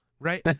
Right